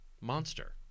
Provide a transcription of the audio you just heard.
monster